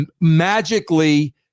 magically